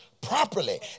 properly